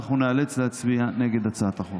אנחנו ניאלץ להצביע נגד הצעת החוק.